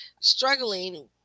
struggling